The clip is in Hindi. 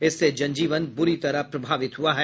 इससे जनजीवन बुरी तरह प्रभावित हुआ है